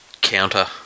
counter